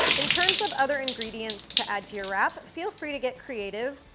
in terms of other ingredients to add to your wrap, feel free to get creative.